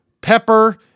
Pepper